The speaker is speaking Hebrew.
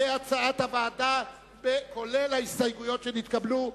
כהצעת הוועדה, עם ההסתייגויות שנתקבלו.